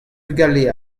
bugale